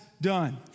done